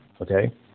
okay